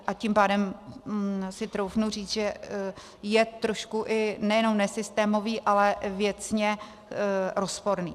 A tím pádem si troufnu říct, že je trošku i nejenom nesystémový, ale věcně rozporný.